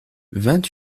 vingt